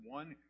one